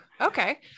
okay